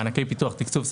מענקי פיתוח ותקצוב,